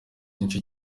nicyo